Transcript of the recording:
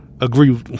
agree